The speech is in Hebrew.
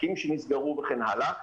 עסקים שנסגרו וכן הלאה.